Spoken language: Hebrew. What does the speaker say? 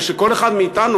וכל אחד מאתנו,